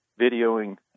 videoing